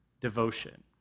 devotion